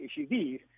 SUVs